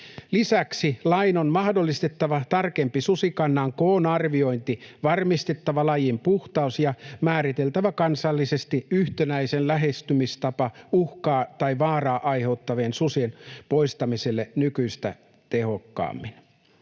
Lisäksi lain on mahdollistettava tarkempi susikannan koon arviointi, varmistettava lajin puhtaus ja määriteltävä kansallisesti yhtenäinen lähestymistapa uhkaa tai vaaraa aiheuttavien susien poistamiselle nykyistä tehokkaammin.